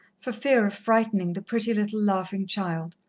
for fear of frightening the pretty little laughing child.